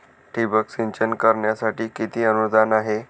ठिबक सिंचन करण्यासाठी किती अनुदान आहे?